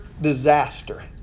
disaster